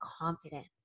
confidence